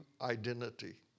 identity